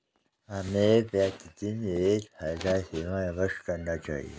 हमें प्रतिदिन एक फल का सेवन अवश्य करना चाहिए